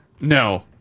No